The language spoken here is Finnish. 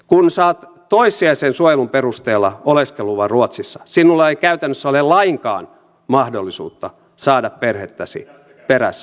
kun saat toissijaisen suojelun perusteella oleskeluluvan ruotsissa sinulla ei käytännössä ole lainkaan mahdollisuutta saada perhettäsi perässä